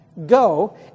Go